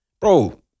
bro